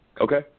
Okay